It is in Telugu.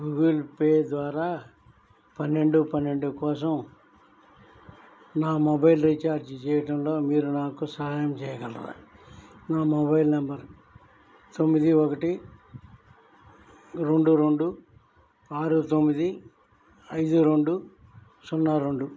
గూగుల్ పే ద్వారా పన్నెండు పన్నెండు కోసం నా మొబైల్ రీఛార్జ్ చేయటంలో మీరు నాకు సహాయం చేయగలరా నా మొబైల్ నెంబర్ తొమ్మిది ఒకటి రెండు రెండు ఆరు తొమ్మిది ఐదు రెండు సున్నా రెండు